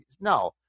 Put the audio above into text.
no